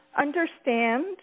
understand